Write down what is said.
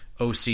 OC